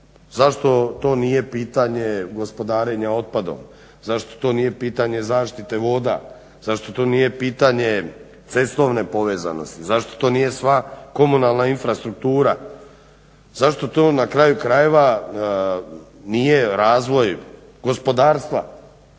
Zašto to nije pitanje gospodarenja otpadom? Zašto to nije pitanje zaštite voda? Zašto to nije pitanje cestovne povezanosti? Zašto to nije sva komunalna infrastruktura? Zašto to na kraju krajeva nije razvoj gospodarstva?